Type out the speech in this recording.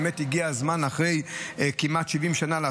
באמת הגיע הזמן לעשות את זה אחרי כמעט 70 שנה.